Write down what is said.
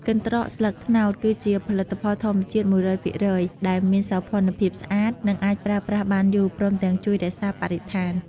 កន្ដ្រកស្លឹកត្នោតគឺជាផលិតផលធម្មជាតិ ១០០ភាគរយ ដែលមានសោភណភាពស្អាត និងអាចប្រើប្រាស់បានយូរ ព្រមទាំងជួយរក្សាបរិស្ថាន។